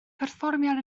perfformiad